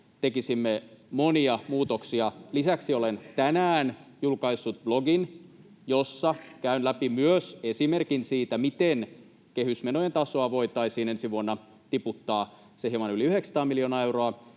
Niin, kertokaa nyt!] Lisäksi olen tänään julkaissut blogin, jossa käyn läpi myös esimerkin siitä, miten kehysmenojen tasoa voitaisiin ensi vuonna tiputtaa se hieman yli 900 miljoonaa euroa